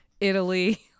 italy